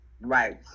Right